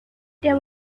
there